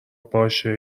باشه